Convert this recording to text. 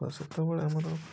ସେତେବେଳେ ଆମର